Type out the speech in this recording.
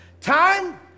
Time